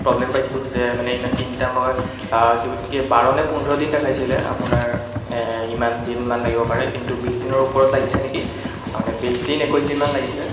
problem পাইছোঁ যে ইমান তিনিটা মই কিবা কি বাৰ নে পোন্ধৰ দিন দেখাইছিলে আপোনাৰ ইমান দিনমান লাগিব পাৰে কিন্তু বিছ দিনৰ ওপৰত লাগিছে নেকি মানে বিছ দিন একৈছ দিনমান লাগিছে